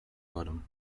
bottom